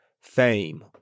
fame